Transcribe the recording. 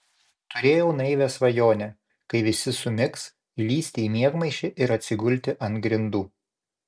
turėjau naivią svajonę kai visi sumigs įlįsti į miegmaišį ir atsigulti ant grindų